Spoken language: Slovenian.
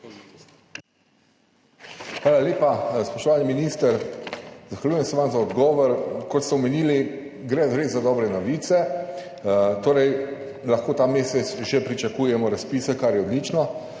Hvala lepa. Spoštovani minister, zahvaljujem se vam za odgovor. Kot ste omenili, gre res za dobre novice. Torej lahko ta mesec že pričakujemo razpise, kar je odlično.